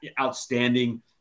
outstanding